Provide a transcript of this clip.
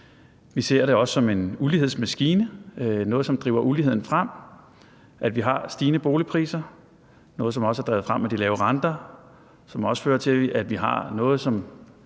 Vi ser det også som en ulighedsmaskine, noget, som driver uligheden, at vi har stigende boligpriser, noget, som også er drevet frem af de lave renter, som også fører til, at vi har noget,